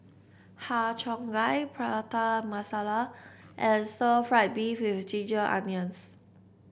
Har Cheong Gai Prata Masala and Stir Fried Beef with Ginger Onions